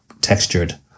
textured